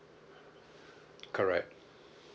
correct